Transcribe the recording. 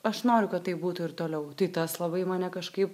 aš noriu kad taip būtų ir toliau tai tas labai mane kažkaip